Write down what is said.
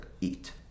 eat